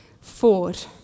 forward